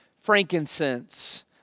frankincense